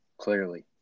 Clearly